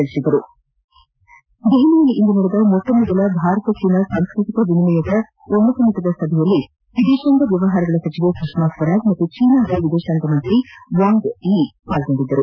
ನವದೆಹಲಿಯಲ್ಲಿಂದು ನಡೆದ ಮೊಟ್ಟ ಮೊದಲ ಭಾರತ ಚೀನಾ ಸಾಂಸೃತಿಕ ವಿನಿಮಯದ ಉನ್ನತಮಟ್ಟದ ಸಭೆ ನಡೆದಿದ್ದು ವಿದೇಶಾಂಗ ವ್ಯವಹಾರಗಳ ಸಚಿವೆ ಸುಷ್ಮಾ ಸ್ವರಾಜ್ ಮತ್ತು ಚೀನಾದ ವಿದೇಶಾಂಗ ಸಚಿವ ವಾಂಗ್ ಭಾಗವಹಿಸಿದ್ದರು